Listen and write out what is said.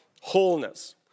wholeness